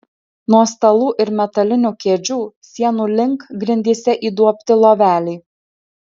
nuo stalų ir metalinių kėdžių sienų link grindyse įduobti loveliai